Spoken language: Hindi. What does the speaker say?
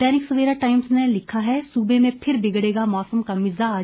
दैनिक सवेरा टाइम्स लिखता है सूबे में फिर बिगड़ेगा मौसम का मिज़ाज